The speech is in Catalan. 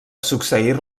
succeir